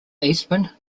eastman